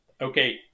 Okay